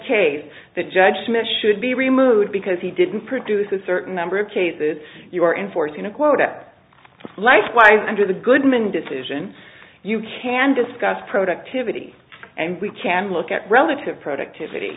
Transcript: case that judgment should be removed because he didn't produce a certain number of cases you are enforcing a quota likewise under the goodman decision you can discuss productive pretty and we can look at relative productivity